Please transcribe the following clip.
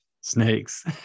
Snakes